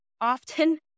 often